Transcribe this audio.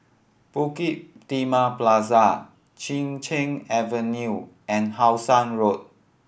Bukit Timah Plaza Chin Cheng Avenue and How Sun Road